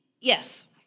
yes